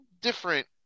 Different